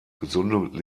gesunde